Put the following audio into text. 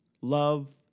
love